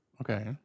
Okay